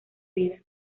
vida